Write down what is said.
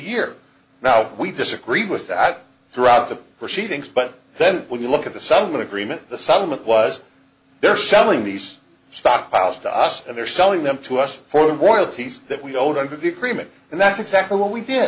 year now we disagree with that throughout the proceedings but then when you look at the summit agreement the settlement was they're selling these stockpiles to us and they're selling them to us for world peace that we owed under the agreement and that's exactly what we did